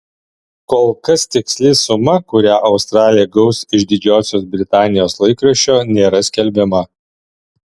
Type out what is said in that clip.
kol kas tiksli suma kurią australė gaus iš didžiosios britanijos laikraščio nėra skelbiama